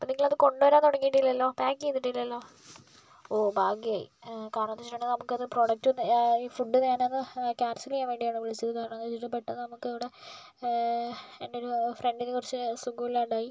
അപ്പോൾ നിങ്ങളത് കൊണ്ട് വരാൻ തുടങ്ങിയിട്ടില്ലല്ലൊ പ്യാക്ക് ചെയ്തിട്ടില്ലല്ലോ ഓ ഭാഗ്യായി കാരണെന്താന്ന് വെച്ചിട്ടുണ്ടെങ്കിൽ നമുക്കത് പ്രൊഡക്റ്റൊന്ന് ഈ ഫുഡ് ഞാനൊന്ന് കാൻസൽ ചെയ്യാൻ വേണ്ടിയാണ് വിളിച്ചത് കാരണമെന്താണ് വെച്ചിട്ട് പെട്ടെന്ന് നമുക്കിവടെ എന്റൊരു ഫ്രണ്ടിന് കുറച്ച് സുഖമില്ലാണ്ടായി